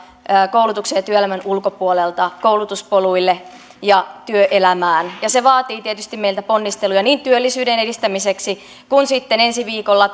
koulutuksen ja työelämän ulkopuolelta koulutuspoluille ja työelämään se vaatii tietysti meiltä ponnisteluja työllisyyden edistämiseksi ja sitten ensi viikolla